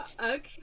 okay